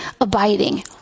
abiding